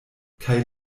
kaj